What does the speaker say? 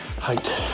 height